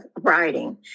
writing